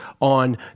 on